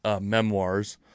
memoirs